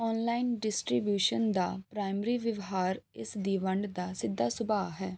online distribution ਦਾ primary ਵਿਵਹਾਰ ਇਸ ਦੀ ਵੰਡ ਦਾ ਸਿੱਧਾ ਸੁਭਾਅ ਹੈ